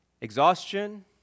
Exhaustion